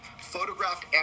photographed